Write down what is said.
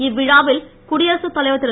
இவ்விழாவில் குடியரசுத் தலைவர் திரு